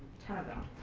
ten of them.